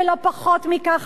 ולא פחות מכך,